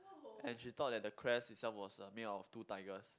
and she thought that the crest itself was uh made up of two tigers